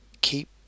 keep